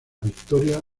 victoria